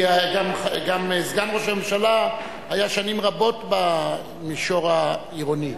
כי גם סגן ראש הממשלה היה שנים רבות במישור העירוני.